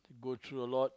go through a lot